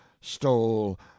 stole